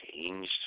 changed